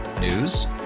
News